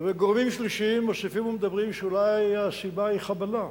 גורמים שלישיים מוסיפים ומדברים שאולי הסיבה היא חבלה.